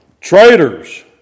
Traitors